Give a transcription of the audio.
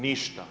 Ništa.